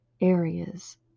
areas